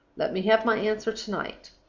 let me have my answer to-night.